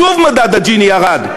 שוב מדד ג'יני ירד.